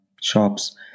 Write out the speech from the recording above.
shops